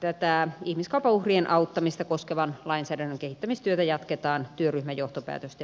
tätä ihmiskaupan uhrien auttamista koskevan lainsäädännön kehittämistyötä jatketaan työryhmän johtopäätösten pohjalta